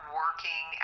working